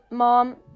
Mom